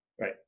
Right